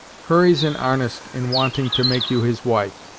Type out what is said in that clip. hurry's in arnest in wanting to make you his wife,